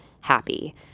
happy